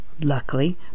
Luckily